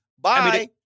Bye